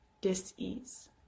dis-ease